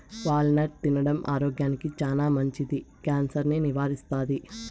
wall నట్ తినడం ఆరోగ్యానికి చానా మంచిది, క్యాన్సర్ ను నివారిస్తాది